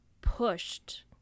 pushed